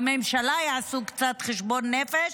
בממשלה יעשו קצת חשבון נפש,